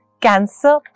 Cancer